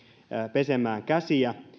pesemään käsiään